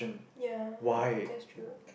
ya that's true